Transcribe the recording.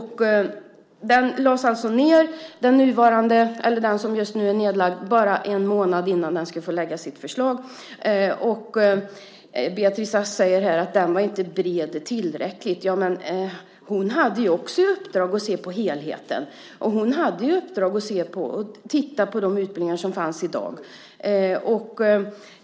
Utredningen lades alltså ned bara en månad innan den skulle lägga fram sitt förslag. Beatrice Ask säger här att den inte var tillräckligt bred. Men utredaren hade också i uppdrag att se på helheten. Hon hade ett uppdrag att titta på de utbildningar som finns i dag.